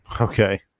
Okay